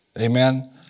Amen